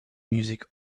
music